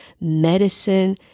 medicine